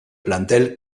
plantel